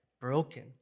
broken